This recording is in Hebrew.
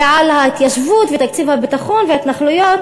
ולהתיישבות ולתקציב הביטחון וההתנחלויות